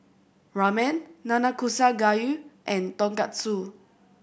Ramen Nanakusa Gayu and Tonkatsu